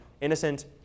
innocent